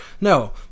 No